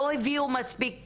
לא הביאו מספיק